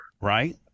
right